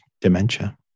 dementia